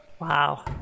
Wow